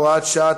הוראת שעה),